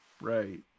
Right